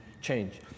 change